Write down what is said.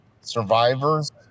survivors